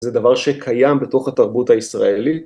זה דבר שקיים בתוך התרבות הישראלית.